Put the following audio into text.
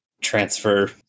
transfer